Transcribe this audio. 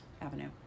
Avenue